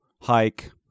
hike